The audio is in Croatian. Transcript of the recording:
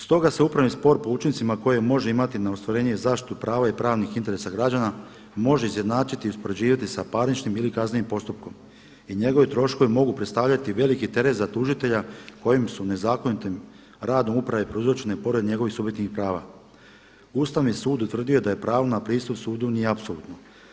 Stoga se upravni spor po učincima koje može imati na ostvarenje i zaštitu prava i pravnih interesa građana može izjednačiti i uspoređivati sa parničnim ili kaznenim postupkom i njegovi troškovi mogu predstavljati veliki teret za tužitelja kojim su nezakonitim radom uprave prouzročene pored njegovih ... Ustavni sud utvrdio je da je pravo na pristup sudu nije apsolutno.